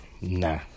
nah